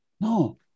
No